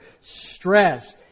Stress